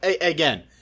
again